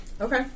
Okay